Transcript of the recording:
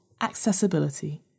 accessibility